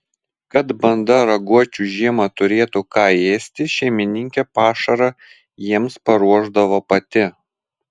kad banda raguočių žiemą turėtų ką ėsti šeimininkė pašarą jiems paruošdavo pati